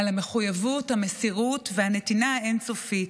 על המחויבות, המסירות והנתינה האין-סופית.